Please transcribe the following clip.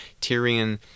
Tyrion